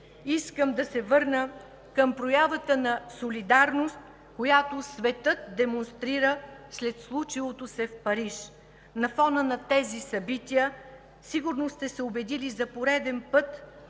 искам да се върна към проявата на солидарност, която светът демонстрира след случилото се в Париж. На фона на тези събития сигурно сте се убедили за пореден път